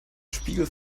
spiegel